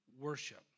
worship